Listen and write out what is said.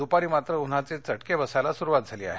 दुपारी मात्र उन्हाघे चटके बसायला सुरुवात झाली आहे